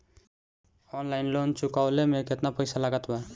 Online loan चुकवले मे केतना पईसा लागत बा?